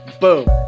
Boom